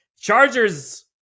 Chargers